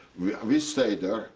we we stayed